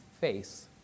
face